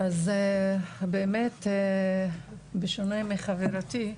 באמת בשונה מחברתי,